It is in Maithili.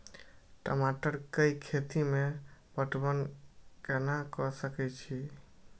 टमाटर कै खैती में पटवन कैना क सके छी?